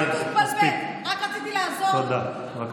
זהו, כי הוא התבלבל, רק רציתי לעזור לו.